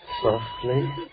softly